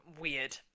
weird